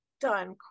done